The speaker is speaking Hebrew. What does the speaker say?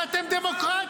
אבל אתם דמוקרטים.